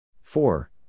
four